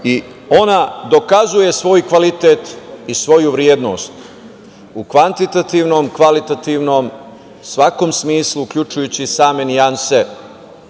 i ona dokazuje svoj kvalitet i svoju vrednost u kvantitativno, kvalitativnom, svakom smislu, uključujući i sam nijanse